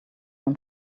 from